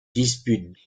dispute